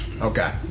Okay